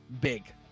big